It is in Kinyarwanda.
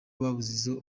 babuze